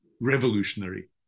revolutionary